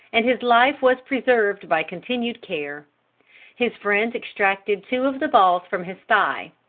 and his life was preserved by continued care his friends extracted two of the balls from his thigh.